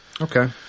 Okay